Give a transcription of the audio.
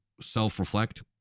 self-reflect